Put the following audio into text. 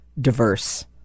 diverse